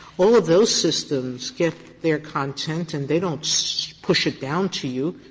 all of those systems get their content and they don't so push it down to you.